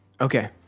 Okay